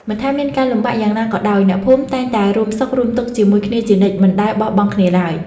មិនថាមានការលំបាកយ៉ាងណាក៏ដោយអ្នកភូមិតែងតែរួមសុខរួមទុក្ខជាមួយគ្នាជានិច្ចមិនដែលបោះបង់គ្នាឡើយ។